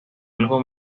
algo